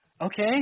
Okay